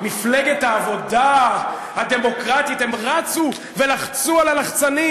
מפלגת העבודה הדמוקרטית, הם רצו ולחצו על הלחצנים,